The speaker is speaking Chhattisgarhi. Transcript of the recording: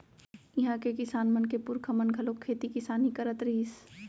इहां के किसान मन के पूरखा मन घलोक खेती किसानी करत रिहिस